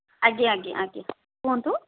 ଆଜ୍ଞା ଆଜ୍ଞା ଆଜ୍ଞା କୁହନ୍ତୁ